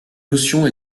notion